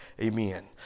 Amen